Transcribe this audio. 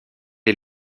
est